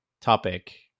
topic